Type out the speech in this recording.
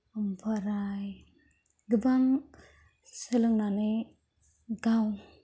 ओमफ्राय गोबां सोलोंनानै गाव